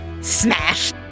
Smash